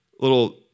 little